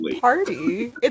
party